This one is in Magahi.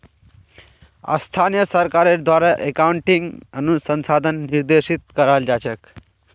स्थानीय सरकारेर द्वारे अकाउन्टिंग अनुसंधानक निर्देशित कराल जा छेक